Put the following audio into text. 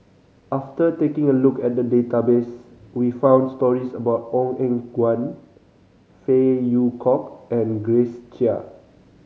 after taking a look at the database we found stories about Ong Eng Guan Phey Yew Kok and Grace Chia